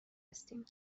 هستیم